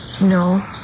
No